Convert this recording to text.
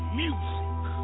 music